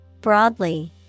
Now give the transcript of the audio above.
Broadly